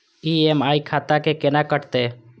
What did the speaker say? EMI खाता से केना कटते?